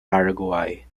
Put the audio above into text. paraguay